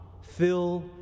fill